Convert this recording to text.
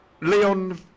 Leon